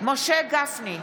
משה גפני,